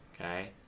okay